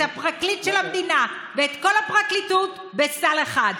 את הפרקליט של המדינה ואת כל הפרקליטות בסל אחד.